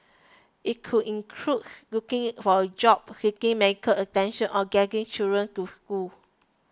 it could include looking for a job seeking medical attention or getting children to school